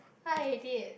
what I did